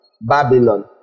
Babylon